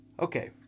Okay